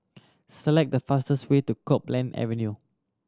select the fastest way to Copeland Avenue